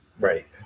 Right